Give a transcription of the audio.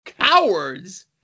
Cowards